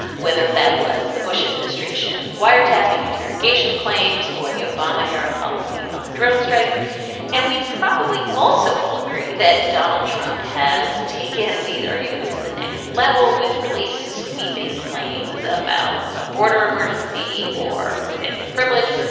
whether that was the bush administration wiretapping interrogation claims or the obama era policies on drone strikes and we probably also all agree that donald trump has taken these arguments to the next level with really sweeping claims about a border emergency or executive privilege.